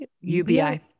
UBI